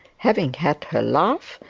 having had her laugh,